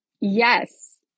Yes